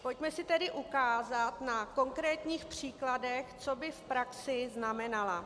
Pojďme si tedy ukázat na konkrétních příkladech, co by v praxi znamenala.